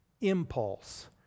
impulse